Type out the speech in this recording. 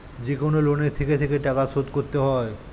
যেকনো লোনে থেকে থেকে টাকা শোধ করতে হয়